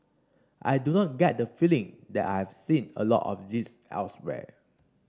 I do not get the feeling that I have seen a lot of this elsewhere